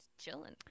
chilling